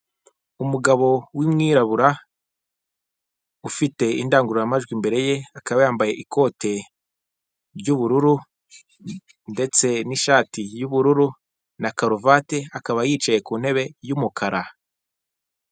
Umugabo w'umwirabura ufite indangururamajwi imbere ye akaba yambaye ikote ry'ubururu ndetse n'ishati y'ubururu na karuvate akaba yicaye ku ntebe y'umukara.